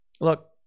Look